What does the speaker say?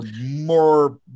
more